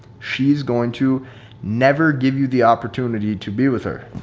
she's going to never give you the opportunity to be with her.